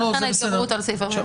ולכן ההתגברות על סעיף 49. לא,